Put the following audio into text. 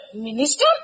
minister